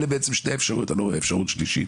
אלה שתי האפשרויות, אני לא רואה אפשרות שלישית.